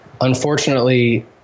unfortunately